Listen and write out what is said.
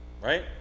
right